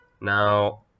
Now